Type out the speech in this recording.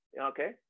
okay